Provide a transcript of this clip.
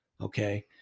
Okay